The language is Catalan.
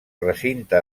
recinte